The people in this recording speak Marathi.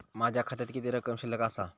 माझ्या खात्यात किती रक्कम शिल्लक आसा?